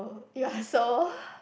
you are so